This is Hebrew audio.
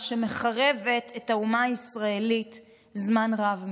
שמחרבת את האומה הישראלית זמן רב מדי,